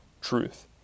truth